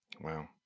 Wow